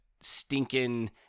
stinking